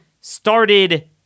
started